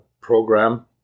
program